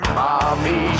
mommy